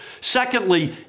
Secondly